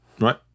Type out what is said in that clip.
right